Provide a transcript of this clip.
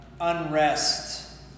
unrest